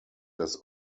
das